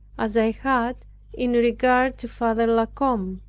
as i had in regard to father la combe.